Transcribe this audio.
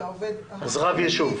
אם כן, רב ישוב.